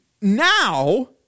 now